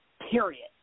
period